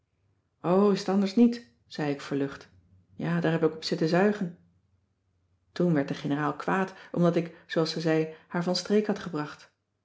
t anders niet zei ik verlucht ja daar heb ik op zitten zuigen toen werd de generaal kwaad omdat ik zooals ze zei haar van streek had gebracht